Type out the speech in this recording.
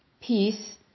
peace